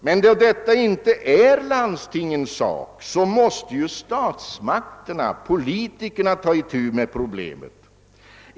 Men då detta inte är landstingens sak, måste statsmakterna och politikerna ta itu med problemet.